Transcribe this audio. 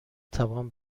توان